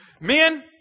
Men